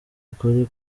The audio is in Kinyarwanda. ukuri